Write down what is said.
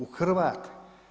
U Hrvate.